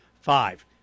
five